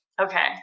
Okay